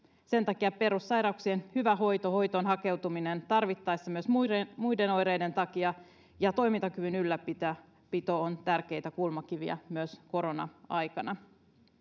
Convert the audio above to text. sen takia perussairauksien hyvä hoito hoitoon hakeutuminen tarvittaessa myös muiden muiden oireiden takia ja toimintakyvyn ylläpito ovat tärkeitä kulmakiviä myös korona aikana